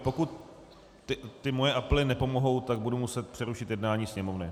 Pokud ty moje apely nepomohou, tak budu muset přerušit jednání Sněmovny.